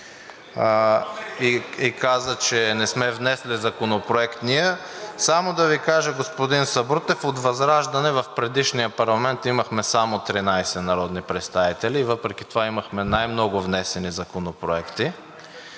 и каза, че не сме внесли законопроект ние, само да Ви кажа, господин Сабрутев, от ВЪЗРАЖДАНЕ в предишния парламент имахме само 13 народни представители и въпреки това имахме най много внесени законопроекти,